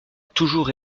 toujours